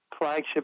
flagship